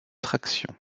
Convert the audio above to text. traction